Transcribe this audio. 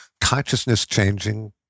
consciousness-changing